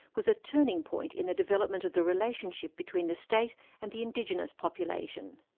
was a turning point in the development of the relationship between the state and the indigenous population.